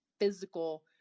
physical